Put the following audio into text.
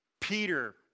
Peter